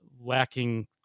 lacking